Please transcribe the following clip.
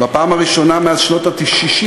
בפעם הראשונה מאז שנות ה-60,